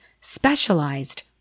specialized